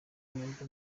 nimba